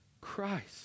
Christ